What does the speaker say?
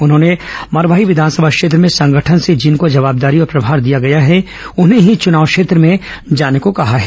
उन्होंने मरवाही विधानसभा क्षेत्र में संगठन से जिनको जवाबदारी और प्रभार दिया गया है उन्हें ही चुनाव क्षेत्र में जाने को कहा है